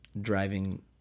Driving